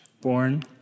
born